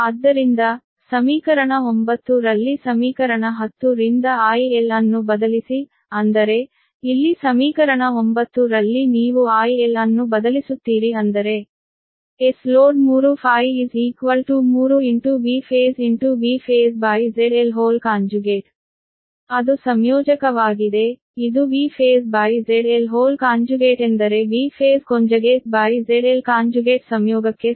ಆದ್ದರಿಂದ ಸಮೀಕರಣ 9 ರಲ್ಲಿ ಸಮೀಕರಣ 10 ರಿಂದ I L ಅನ್ನು ಬದಲಿಸಿ ಅಂದರೆ ಇಲ್ಲಿ ಸಮೀಕರಣ 9 ರಲ್ಲಿ ನೀವು I L ಅನ್ನು ಬದಲಿಸುತ್ತೀರಿ ಅಂದರೆ Sload3Φ3 VphaseVphaseZL ಅದು ಸಂಯೋಜಕವಾಗಿದೆ ಇದು VphaseZLಎಂದರೆ VphaseZL ಸಂಯೋಗಕ್ಕೆ ಸಮ